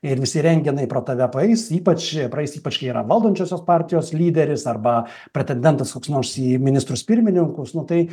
ir visi rentgenai pro tave praeis ypač praeis ypač kai yra valdančiosios partijos lyderis arba pretendentas koks nors į ministrus pirmininkus nu tai